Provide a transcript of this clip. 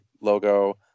logo